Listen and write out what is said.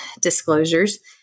disclosures